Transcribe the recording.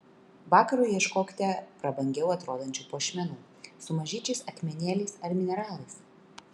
vakarui ieškokite prabangiau atrodančių puošmenų su mažyčiais akmenėliais ar mineralais